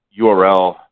URL